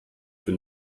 für